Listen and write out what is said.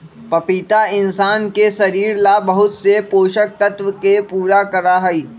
पपीता इंशान के शरीर ला बहुत से पोषक तत्व के पूरा करा हई